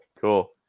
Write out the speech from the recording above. cool